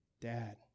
Dad